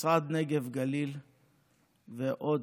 משרד נגב-גליל ועוד.